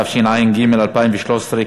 התשע"ג 2013,